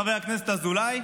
חבר הכנסת אזולאי,